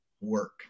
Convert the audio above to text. work